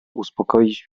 uspokoić